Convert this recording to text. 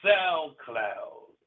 SoundCloud